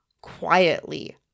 quietly